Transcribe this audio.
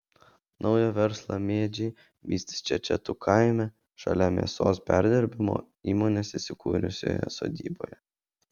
naują verslą mėdžiai vystys čečetų kaime šalia mėsos perdirbimo įmonės įsikūrusioje sodyboje